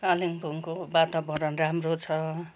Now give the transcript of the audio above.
कालिम्पोङको वातावरण राम्रो छ